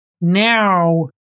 now